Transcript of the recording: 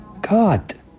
God